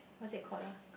what that call ah